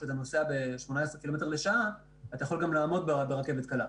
כשאתה נוסע ב-18 ק"מ לשעה אתה יכול גם לעמוד ברכבת הקלה.